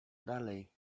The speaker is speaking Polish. dalej